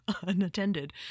unattended